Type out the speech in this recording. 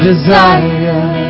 desire